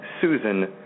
susan